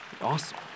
Awesome